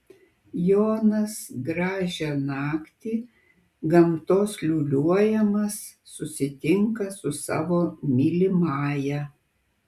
jonas gražią naktį gamtos liūliuojamas susitinka su savo mylimąja